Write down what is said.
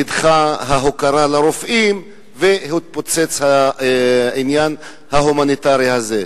נדחתה ההוקרה לרופאים והתפוצץ העניין ההומניטרי הזה.